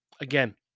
again